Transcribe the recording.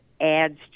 adds